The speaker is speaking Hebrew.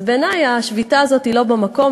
בעיני השביתה הזאת היא לא במקום,